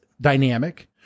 dynamic